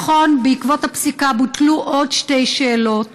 נכון, בעקבות הפסיקה בוטלו עוד שתי שאלות,